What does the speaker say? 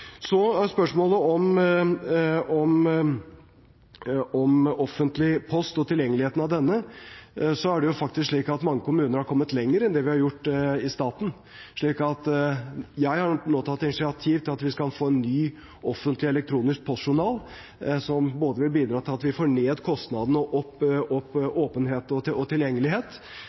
om offentlig post og tilgjengeligheten av denne, har faktisk mange kommuner kommet lenger enn vi har gjort i staten, så jeg har nå tatt initiativ til at vi skal få en ny offentlig elektronisk postjournal, som vil bidra til at vi både får ned kostnadene og får mer åpenhet og tilgjengelighet. Der har noen kommuner gått foran, men også på kommunalt plan kan det gjøres mer og